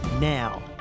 now